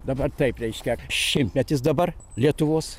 dabar taip reiškia šimtmetis dabar lietuvos